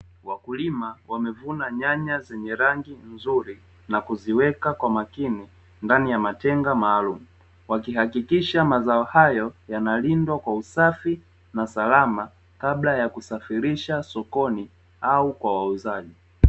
Wakulima wamevuna nyanya zenye rangi nzuri na kuziweka kwa makini ndani ya matenga maalumu, wakihakikisha mazao hayo yanalindwa kwa usafi na salama. Kabla ya kusafirisha sokoni au kwa wauzaji.